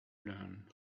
learn